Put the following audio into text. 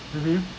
mmhmm